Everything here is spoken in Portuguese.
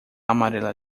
amarela